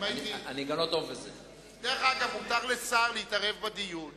מותר לשר להתערב בדיון